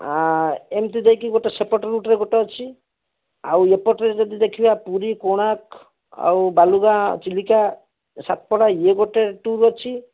ଏମିତି ଦେଇକି ସେପଟ ରୁଟ୍ରେ ଗୋଟେ ଅଛି ଆଉ ଏପଟରେ ଯଦି ଦେଖିବା ପୁରୀ କୋଣାର୍କ ଆଉ ବାଲୁଗାଁ ଚିଲିକା ସାତପଡ଼ା ଇଏ ଗୋଟେ ଟୁର୍ ଅଛି